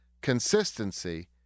consistency